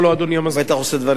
הוא בטח עושה דברים חשובים שם.